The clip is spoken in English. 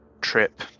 trip